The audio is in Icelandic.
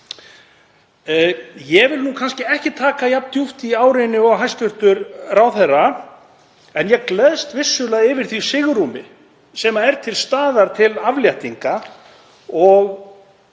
Ég vil kannski ekki taka jafn djúpt í árinni og hæstv. ráðherra en ég gleðst vissulega yfir því svigrúmi sem er til staðar til afléttinga. Ég